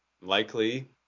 Likely